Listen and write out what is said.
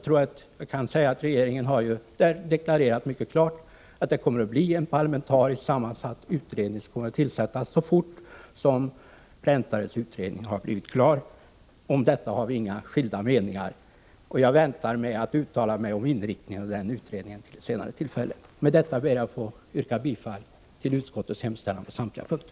Regeringen har klart deklarerat att en parlamentarisk utredning kommer när Bo Präntares enmansutredning är klar. Om detta har vi inte några skilda meningar, och jag väntar med att uttala mig om inriktningen av den utredningen till ett senare tillfälle. Med detta ber jag att få yrka bifall till utskottets hemställan på samtliga punkter.